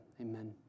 Amen